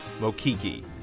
Mokiki